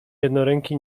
jednoręki